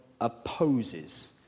opposes